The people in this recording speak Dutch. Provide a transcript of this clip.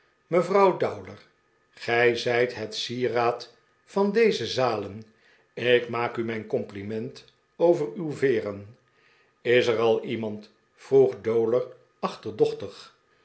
mevrouw dowler gij zijt het sieraad van deze zalen ik maak u mijn compliment over uw veeren is er al iemand vroeg dowler aehterdochtig